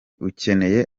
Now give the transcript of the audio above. ukeneye